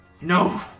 No